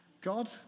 God